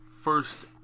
first